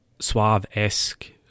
suave-esque